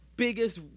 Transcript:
biggest